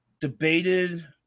debated